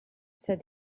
said